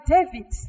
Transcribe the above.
David